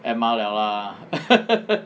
M_R 了 lah